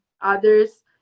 others